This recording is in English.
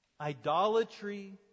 Idolatry